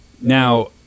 Now